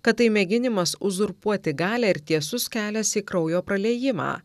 kad tai mėginimas uzurpuoti galią ir tiesus kelias į kraujo praliejimą